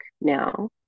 now